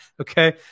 Okay